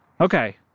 Okay